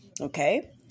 Okay